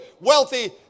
wealthy